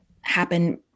happen